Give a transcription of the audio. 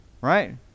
right